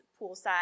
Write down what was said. poolside